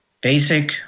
basic